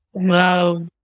Wow